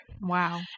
Wow